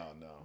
no